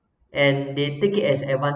and they take it as advantage